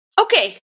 Okay